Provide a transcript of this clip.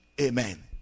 Amen